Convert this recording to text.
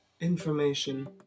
Information